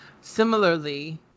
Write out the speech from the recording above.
similarly